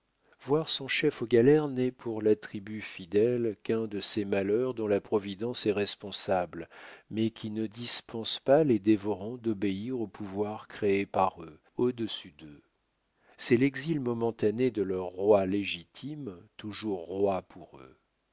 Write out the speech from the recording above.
voir son chef aux galères n'est pour la tribu fidèle qu'un de ces malheurs dont la providence est responsable mais qui ne dispense pas les dévorants d'obéir au pouvoir créé par eux au-dessus d'eux c'est l'exil momentané de leur roi légitime toujours roi pour eux